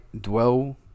dwell